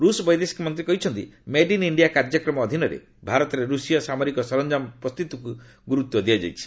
ରୁଷ ବୈଦେଶିକ ମନ୍ତ୍ରୀ କହିଛନ୍ତି ମେଡ୍ ଇନ୍ ଇଣ୍ଡିଆ କାର୍ଯ୍ୟକ୍ରମ ଅଧୀନରେ ଭାରତରେ ରୁଷୀୟ ସାମରିକ ସରଞ୍ଜାମ ପ୍ରସ୍ତୁତିକୁ ଗୁରୁତ୍ୱ ଦିଆଯାଇଛି